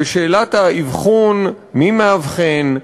ושאלת האבחון, מי מאבחן?